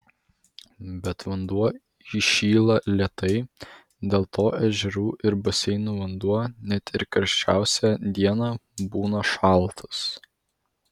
bet vanduo įšyla lėtai dėl to ežerų ir baseinų vanduo net ir karščiausią dieną būna šaltas